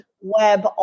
web